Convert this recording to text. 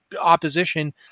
opposition